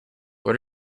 what